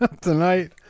Tonight